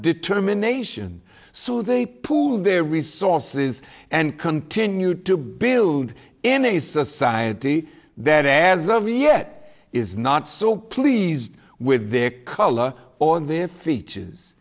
determination so they pool their resources and continue to build in a society that as of yet is not so pleased with their color or their features